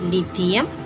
Lithium